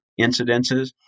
incidences